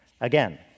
Again